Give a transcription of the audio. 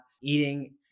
eating